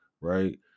right